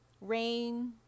rain